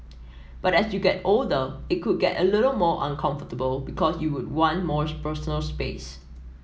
but as you get older it could get a little more uncomfortable because you would want more personal space